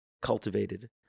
cultivated